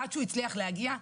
עד שהוא הצליח להגיע,